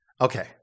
Okay